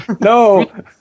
No